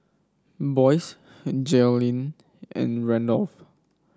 Boyce Jalyn and Randolf